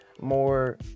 more